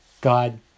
God